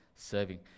serving